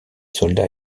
soldats